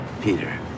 Peter